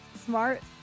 Smart